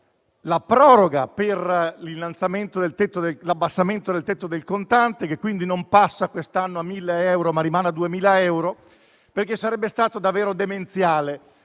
la proroga per l'abbassamento del tetto del contante, che quindi per quest'anno non passa a 1.000 euro, ma rimane a 2.000 euro; sarebbe stato davvero demenziale,